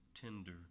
tender